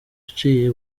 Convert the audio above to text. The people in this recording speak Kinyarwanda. uciye